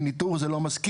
כי ניתור זה לא מספיק,